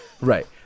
Right